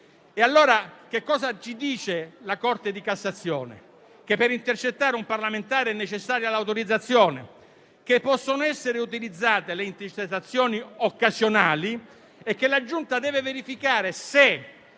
cosa ci dice la Corte di cassazione? Ci dice che per intercettare un parlamentare è necessaria l'autorizzazione, che possono essere utilizzate le intercettazioni occasionali e che la Giunta deve verificare se